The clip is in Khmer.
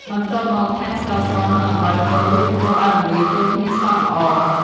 បន្ទាប់មក ថែមស្ករស និងអំបិលចូល រួចកូរឲ្យរលាយចូលគ្នាសព្វល្អ។